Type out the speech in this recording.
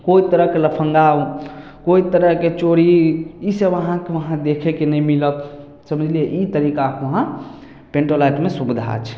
कोइ तरहके लफँगा कोइ तरह के चोरी इसब अहाँके वहाँ देखे के नहि मिलत समझलियै ई तरीका वहाँ पेंटो लाइटमे सुविधा छै